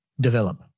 develop